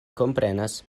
komprenas